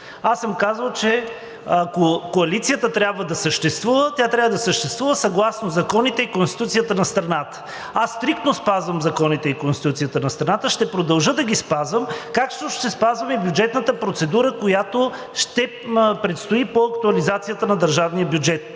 Аз съм казвал, че ако коалицията трябва да съществува, тя трябва да съществува съгласно законите и Конституцията на страната. Аз стриктно спазвам законите и Конституцията на страната, ще продължа да ги спазвам, като ще спазвам и бюджетната процедура, която предстои по актуализацията на държавния бюджет.